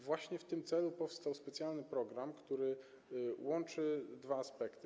Właśnie w tym celu powstał specjalny program, który łączy dwa aspekty.